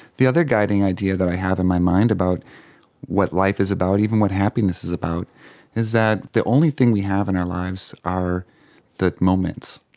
the other guiding idea that i have in my mind about what life is about, even what happiness is about is that the only thing we have in our lives are the moments.